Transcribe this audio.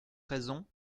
raison